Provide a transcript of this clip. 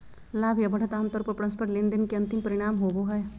लाभ या बढ़त आमतौर पर परस्पर लेनदेन के अंतिम परिणाम होबो हय